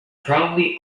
probably